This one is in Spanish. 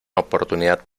oportunidad